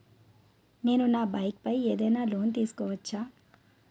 నేను నా బైక్ పై ఏదైనా లోన్ తీసుకోవచ్చా?